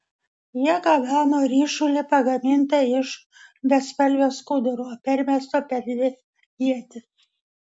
jie gabeno ryšulį pagamintą iš bespalvio skuduro permesto per dvi ietis